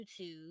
YouTube